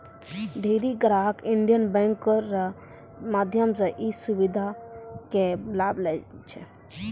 ढेरी ग्राहक Indian bank रो माध्यम से ई सुविधा के लाभ लै छै